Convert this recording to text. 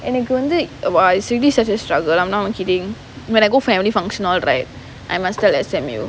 எனக்கு வந்து:enaku vanthu it is really such a struggle I'm not even kidding when I go for family function all right I must tell S_M_U